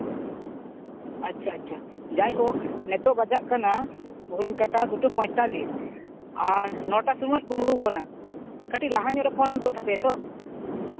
ᱟᱪᱪᱷᱟ ᱟᱪᱪᱷᱟ ᱡᱟᱭᱦᱳᱠ ᱱᱤᱛᱚᱜ ᱵᱟᱡᱟᱜ ᱠᱟᱱᱟ ᱜᱷᱚᱲᱤᱨ ᱠᱟᱴᱟ ᱫᱩᱴᱟ ᱯᱚᱸᱭᱛᱟᱞᱞᱤᱥ ᱟᱨ ᱱᱚᱴᱟ ᱥᱚᱢᱚᱭ ᱠᱩᱢᱵᱽᱲᱩᱣ ᱠᱟᱱᱟ ᱠᱟᱹᱴᱤᱡ ᱞᱟᱦᱟ ᱧᱚᱜ ᱨᱮ ᱯᱷᱳᱱ ᱦᱩᱭ ᱠᱚᱜ ᱛᱟᱯᱮᱭᱟ ᱛᱚ